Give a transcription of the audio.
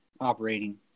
operating